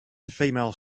female